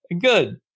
Good